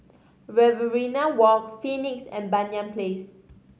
Riverina Walk Phoenix and Banyan Place